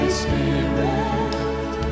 Spirit